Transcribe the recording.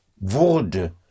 Wurde